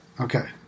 Okay